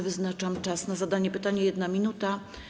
Wyznaczam czas na zadanie pytania - 1 minuta.